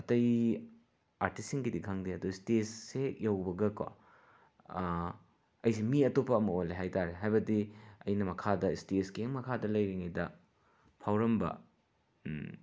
ꯑꯇꯩ ꯑꯥꯔꯇꯤꯁꯁꯤꯡꯒꯤꯗꯤ ꯈꯪꯗꯦ ꯑꯗꯣ ꯁ꯭ꯇꯦꯖꯁꯦ ꯍꯦꯛ ꯌꯧꯕꯒꯀꯣ ꯑꯩꯁꯦ ꯃꯤ ꯑꯇꯣꯞꯄ ꯑꯃ ꯑꯣꯜꯂꯤ ꯍꯥꯏꯇꯥꯔꯦ ꯍꯥꯏꯕꯗꯤ ꯑꯩꯅ ꯃꯈꯥꯗ ꯁ꯭ꯇꯦꯖꯀꯤ ꯍꯦꯛ ꯃꯈꯥꯗ ꯂꯩꯔꯤꯉꯩꯗ ꯐꯥꯎꯔꯝꯕ